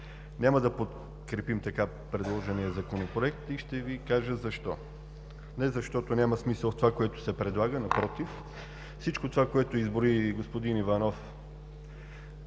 няма да подкрепим предложения Законопроект и ще Ви кажа защо. Не защото няма смисъл в това, което се предлага, напротив, всичко това, което изброи господин Иванов